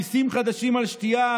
מיסים חדשים על שתייה,